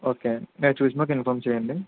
okay మీరు చూసి నాకు ఇన్ఫామ్ చేయండి